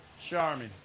Charming